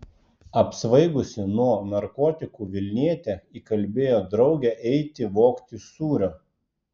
apsvaigusi nuo narkotikų vilnietė įkalbėjo draugę eiti vogti sūrio